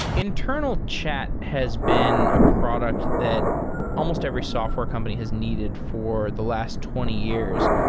internal chat has been a product that almost every software company has needed for the last twenty years,